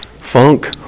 funk